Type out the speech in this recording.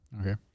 Okay